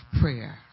prayer